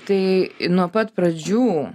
tai nuo pat pradžių